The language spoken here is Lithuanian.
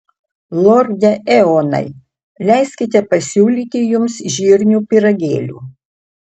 lorde eonai leiskite pasiūlyti jums žirnių pyragėlių